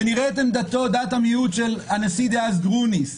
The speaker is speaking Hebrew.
ונראה את עמדתו, דעת המיעוט של הנשיא דאז גרוניס,